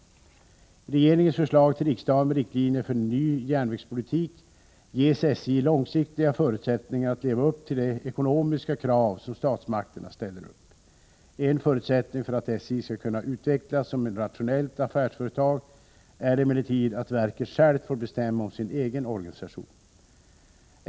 I regeringens förslag till riksdagen med riktlinjer för en ny järnvägspolitik ges SJ långsiktiga förutsättningar att leva upp till de ekonomiska krav som statsmakterna ställer upp. En förutsättning för att SJ skall kunna utvecklas som ett rationellt affärsföretag är emellertid att verket självt får bestämma om sin egen organisation.